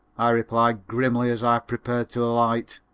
i replied grimly, as i prepared to alight.